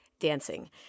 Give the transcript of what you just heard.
Dancing